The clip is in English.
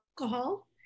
alcohol